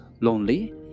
lonely